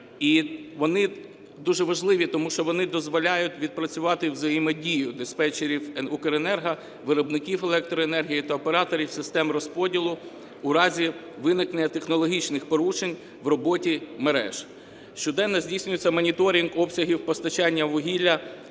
вони дуже важливі, тому що вони дозволяють відпрацювати взаємодію диспетчерів НЕК "Укренерго", виробників електроенергії та операторів систем розподілу у разі виникнення технологічних порушень в роботі мереж. Щоденно здійснюється моніторинг обсягів постачання вугілля,